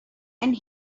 and